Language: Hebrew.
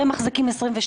אם תיתנו לי